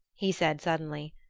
he said suddenly,